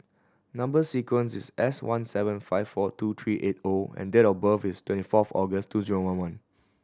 number sequence is S one seven five four two three eight O and date of birth is twenty fourth August two zero one one